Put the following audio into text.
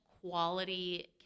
quality